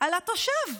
על התושב.